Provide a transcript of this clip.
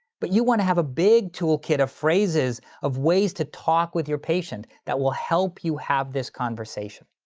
but you want to have a big tool kit of phrases of ways to talk with your patient that will help you have this conversation.